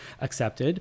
accepted